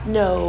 no